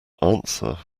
answer